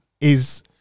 Is-